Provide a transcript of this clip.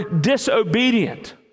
disobedient